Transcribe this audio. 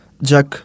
Jack